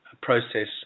process